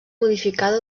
modificada